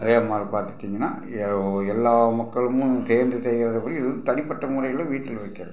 அதேமாதிரி பார்த்துட்டீங்கன்னா ஏ எல்லா மக்களும் சேர்ந்து செய்கிறத விட இது வந்து தனிப்பட்ட முறையில் வீட்டில் வைக்கிறது